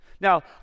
Now